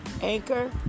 anchor